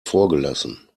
vorgelassen